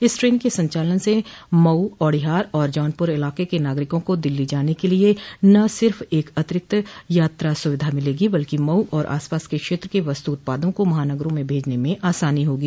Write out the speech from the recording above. इस ट्रेन के संचलन से मऊ औड़िहार और जौनपुर इलाके के नागरिकों को दिल्ली जाने के लिये न सिर्फ एक अतिरिक्त यात्रा सुविधा मिलेगी बल्कि मऊ और आसपास के क्षेत्र के वस्तु उत्पादों को महानगरों में भेजने में आसानी होगी